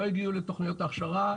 לא יגיעו לתוכניות ההכשרה,